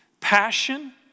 passion